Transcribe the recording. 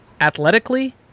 Athletically